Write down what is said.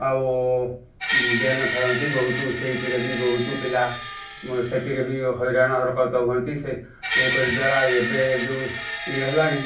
ଆଉ ଗେମ୍ ଖେଳନ୍ତି ସେଇଥିରେ ବି ବହୁତୁ ପିଲା ସେଥିରେ ବି ହଇରାଣ ହରକତ ହୁଅନ୍ତି ସେ ଏ କରି ଦ୍ବାରା ଏବେ ଯେଉଁ ଇଏ ହେଲାଣି